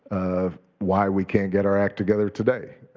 ah why we can't get our act together today?